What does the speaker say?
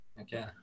Okay